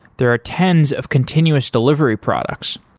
there are tens of continuous delivery products.